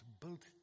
built